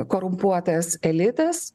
korumpuotas elitas